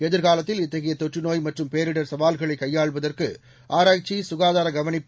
எதிர்காலத்தில் இத்தகைய தொற்று நோய் மற்றும் பேரிடர் சவால்களை கையாள்வதற்கு ஆராய்ச்சி சுகாதார கவனிப்பு